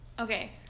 okay